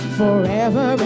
forever